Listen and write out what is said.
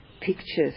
pictures